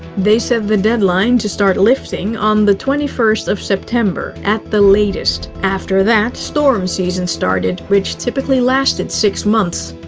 they set the deadline to start lifting on the twenty first of september at the latest. after that storm season started, which typically lasted six months.